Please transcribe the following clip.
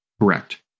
Correct